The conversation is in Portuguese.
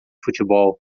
futebol